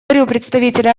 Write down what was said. представителя